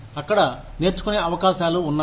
అక్కడ నేర్చుకునే అవకాశాలు ఉన్నాయి